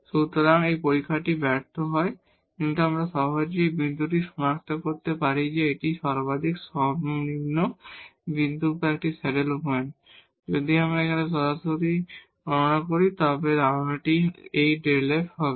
সুতরাং এই পরীক্ষাটি ব্যর্থ হয় কিন্তু আমরা সহজেই এই বিন্দুটি সনাক্ত করতে পারি যে এটি মাক্সিমাম মিনিমাম বিন্দু বা একটি স্যাডেল পয়েন্ট যদি আমরা এখন সরাসরি গণনা করি তবে ধারণাটি এই Δ f ছিল